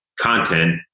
content